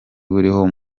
buriho